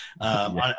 on